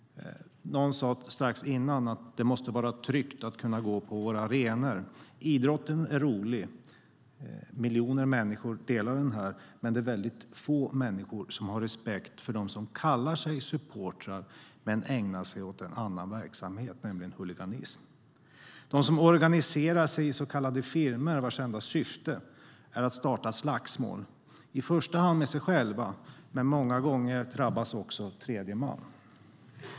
Någon sa strax innan att det måste vara tryggt att gå på våra arenor. Idrotten är rolig, och miljoner människor delar detta. Det är dock väldigt få människor som har respekt för dem som kallar sig supportrar men ägnar sig åt en annan verksamhet, nämligen huliganism. Det handlar om dem som organiserar sig i så kallade firmor vars enda syfte är att starta slagsmål - i första hand med sig själva, men många gånger drabbas också tredje man.